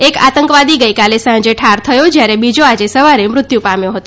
એક આતંકવાદી ગઈકાલે સાંજે ઠાર થયો જ્યારે બીજો આજે સવારે મૃત્યુ પામ્યો હતો